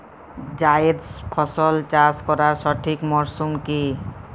জায়েদ ফসল চাষ করার সঠিক মরশুম কি?